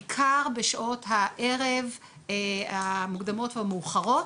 בעיקר בשעות הערב המוקדמות והמאוחרות.